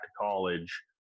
college